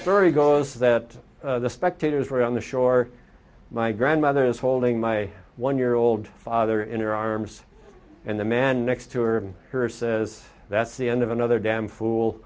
story goes that the spectators were on the shore my grandmother is holding my one year old father in your arms and the man next to her her says that's the end of another damn fool